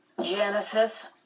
Genesis